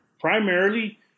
primarily